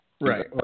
Right